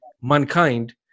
mankind